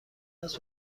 است